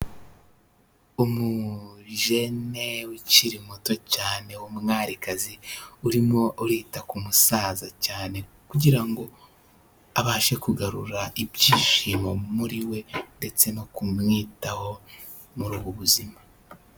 Umujene ukiri muto cyane w'umwarikazi, urimo urita ku musaza cyane, kugira ngo abashe kugarura ibyishimo muri we, ndetse no kumwitaho muri ubu buzima.